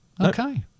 Okay